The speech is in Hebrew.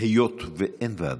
היות שאין ועדות,